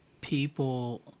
people